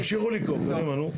תמשיכו לקרוא, קדימה, נו.